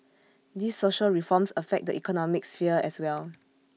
these social reforms affect the economic sphere as well